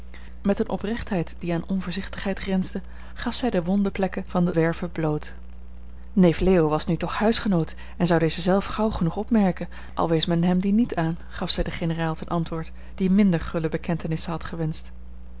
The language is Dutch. met eene oprechtheid die aan onvoorzichtigheid grensde gaf zij de wonde plekken van de werve bloot neef leo was nu toch huisgenoot en zou deze zelf gauw genoeg opmerken al wees men hem die niet aan gaf zij den generaal ten antwoord die minder gulle bekentenissen had gewenscht